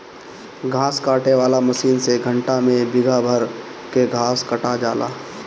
घास काटे वाला मशीन से घंटा में बिगहा भर कअ घास कटा जाला